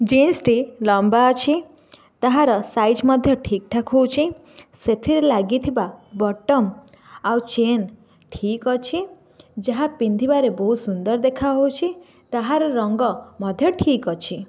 ଜିନ୍ସଟି ଲମ୍ବା ଅଛି ତାହାର ସାଇଜ ମଧ୍ୟ ଠିକ୍ ଠାକ୍ ହେଉଛି ସେଥିରେ ଲାଗିଥିବା ବଟନ୍ ଆଉ ଚେନ୍ ଠିକ୍ ଅଛି ଯାହା ପିନ୍ଧିବାରେ ବହୁତ ସୁନ୍ଦର ଦେଖାହଉଛି ତାହାର ରଙ୍ଗ ମଧ୍ୟ ଠିକ୍ ଅଛି